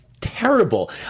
terrible